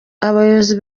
abayobozi